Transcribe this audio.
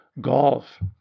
golf